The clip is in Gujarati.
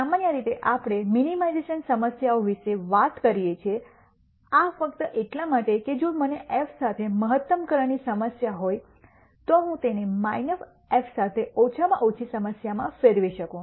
સામાન્ય રીતે આપણે મિનિમાઇઝેશન સમસ્યાઓ વિશે વાત કરીએ છીએ આ ફક્ત એટલા માટે છે કે જો મને f સાથે મહત્તમકરણની સમસ્યા હોય તો હું તેને f સાથે ઓછામાં ઓછી સમસ્યામાં ફેરવી શકું